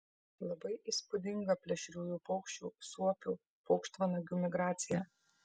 labai įspūdinga plėšriųjų paukščių suopių paukštvanagių migracija